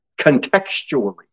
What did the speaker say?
contextually